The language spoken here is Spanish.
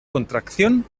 contracción